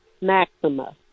Maxima